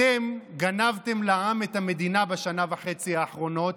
אתם גנבתם לעם את המדינה בשנה וחצי האחרונות,